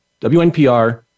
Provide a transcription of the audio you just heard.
WNPR